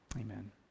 Amen